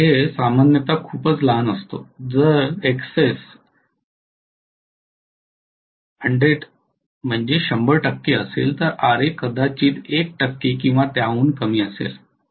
Ra सामान्यतः खूपच लहान असतो जर Xs 100 टक्के असेल तर Ra कदाचित 1 टक्के किंवा त्याहून कमी असेल